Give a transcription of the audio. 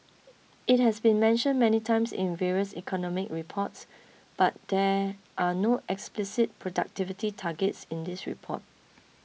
it has been mentioned many times in various economic reports but there are no explicit productivity targets in this report